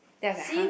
then I was like !huh!